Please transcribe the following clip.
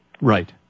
Right